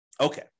Okay